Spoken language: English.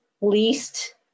least